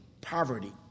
poverty